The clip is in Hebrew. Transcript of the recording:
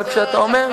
אבל כשאתה אומר,